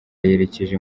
yerekeje